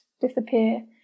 disappear